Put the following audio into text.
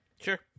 Sure